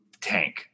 tank